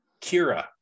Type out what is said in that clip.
Kira